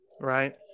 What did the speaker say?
right